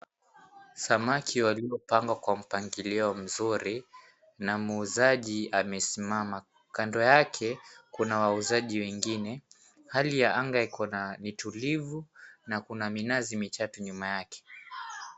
Samaki waliopangwa kwa mpangilio mzuri na muuzaji amesimama kando yake kuna wauzaji wengine. Hali ya anga ni tulivu na kuna minazi michache nyuma yake.